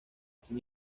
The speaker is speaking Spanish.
sin